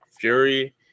fury